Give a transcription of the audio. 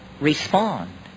respond